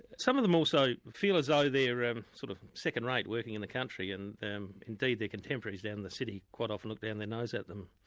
some of them also feel as though they're um sort of second-rate, working in the country, and indeedtheir contemporaries down in the city quite often look down their nose at them.